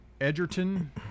Edgerton